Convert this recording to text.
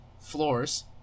floors